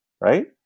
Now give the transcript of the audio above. right